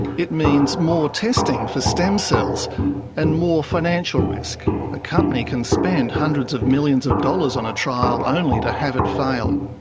it means more testing for stem cells and more financial risk a company can spend hundreds of millions of dollars on a trial only to have it fail.